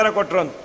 Kotron